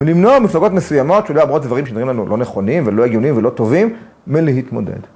ולמנוע ממפלגות מסוימות שאולי אמרות דברים שנראים לנו לא נכונים ולא הגיונים ולא טובים מלהתמודד.